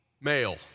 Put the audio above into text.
male